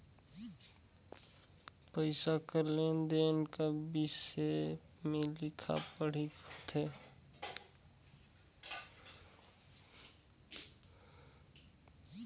पइसा कर लेन देन का बिसे में लिखा पढ़ी होथे